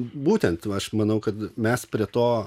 būtent aš manau kad mes prie to